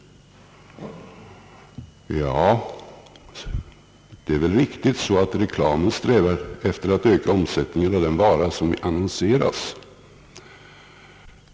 Ja, det är väl riktigt i så måtto att reklamen strävar efter att öka omsättningen på den vara som annonseras.